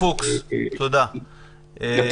ילדים בסיכון" עדיין לא חזרו לעבודה מלאה